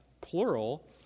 plural